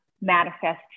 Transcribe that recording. manifest